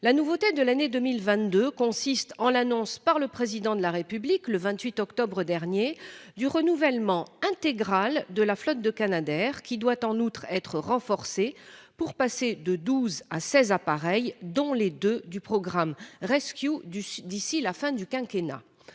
La nouveauté de l'année 2022, c'est l'annonce par le Président de la République, le 28 octobre dernier, du renouvellement intégral de la flotte de Canadairs, qui doit en outre être renforcée pour passer de douze à seize appareils, dont les deux du programme RescEU, d'ici à la fin du quinquennat.